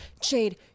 Jade